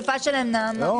מהם